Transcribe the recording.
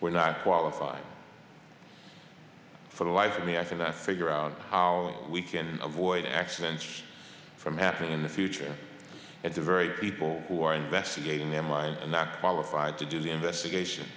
were not qualifying for the life of me i cannot figure out how we can avoid accidents from happening in the future and the very people who are investigating them mine are not qualified to do the investigation